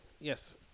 Yes